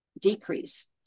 decrease